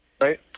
right